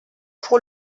pour